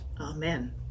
Amen